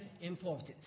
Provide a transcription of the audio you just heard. importance